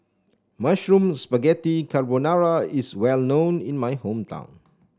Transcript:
Mushroom Spaghetti Carbonara is well known in my hometown